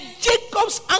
Jacob's